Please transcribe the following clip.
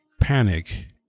panic